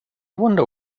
wonder